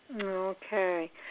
Okay